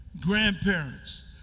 grandparents